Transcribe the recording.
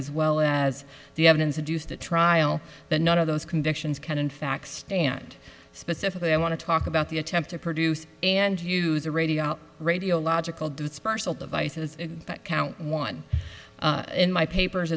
as well as the evidence the deuce the trial the none of those convictions can in fact stand specifically i want to talk about the attempt to produce and use a radio radio logical dispersal devices that count one in my papers